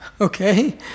okay